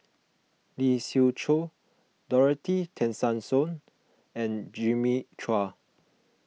Lee Siew Choh Dorothy Tessensohn and Jimmy Chua